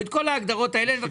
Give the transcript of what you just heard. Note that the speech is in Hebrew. אני רק